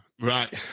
Right